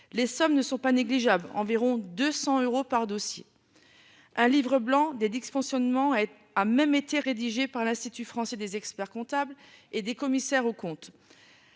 les sommes ne sont pas négligeables, environ 200 euros par dossier. Un livre blanc des dysfonctionnements. Elle a même été rédigé par l'institut français des experts comptables et des commissaires aux comptes.